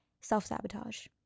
Self-sabotage